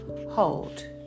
Hold